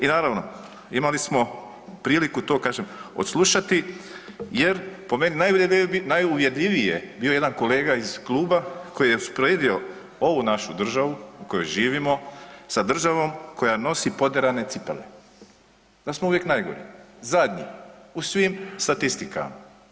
I naravno imali smo priliku to kažem odslušati, jer po meni najuvjerljivije bio jedan kolega iz kluba koji je usporedio ovu našu državu u kojoj živimo sa državom koja nosi poderane cipele, da smo uvijek najgori, zadnji u svim statistikama.